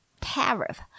tariff